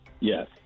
Yes